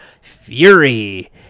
Fury